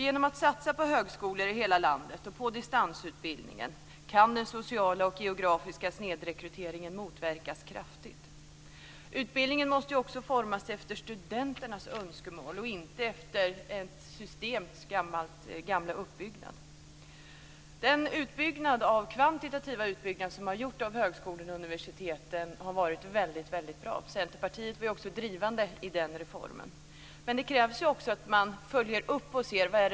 Genom att satsa på högskolor i hela landet och på distansutbildningen kan den sociala och geografiska snedrekryteringen motverkas kraftigt. Utbildningen måste också formas efter studenternas önskemål och inte efter hur systemen var uppbyggda tidigare. Den kvantitativa utbyggnad man gjort av högskolorna och universiteten har varit väldigt bra. Centerpartiet var också drivande i den reformen. Men man måste följa upp och undersöka vad som krävs nu.